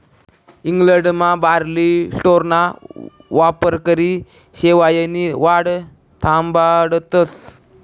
इंग्लंडमा बार्ली स्ट्राॅना वापरकरी शेवायनी वाढ थांबाडतस